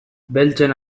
beltzen